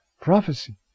prophecy